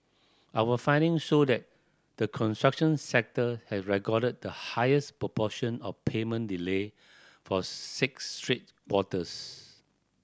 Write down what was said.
our findings show that the construction sector has recorded the highest proportion of payment delay for six straight quarters